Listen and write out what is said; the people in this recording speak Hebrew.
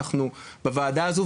אנחנו בוועדה הזאת,